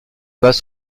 passe